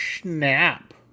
Snap